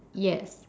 yes